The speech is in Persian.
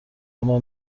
اما